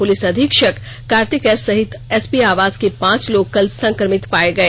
police अधीक्षक Kartik S सहित SP आवास के पांच लोग कल संक्रमित पाए गए